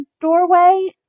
doorway